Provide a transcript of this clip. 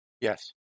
Yes